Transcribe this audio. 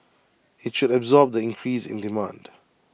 IT should absorb the increase in demand